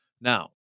Now